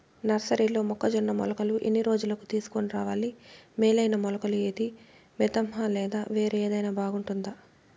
నర్సరీలో మొక్కజొన్న మొలకలు ఎన్ని రోజులకు తీసుకొని రావాలి మేలైన మొలకలు ఏదీ? మితంహ లేదా వేరే ఏదైనా బాగుంటుందా?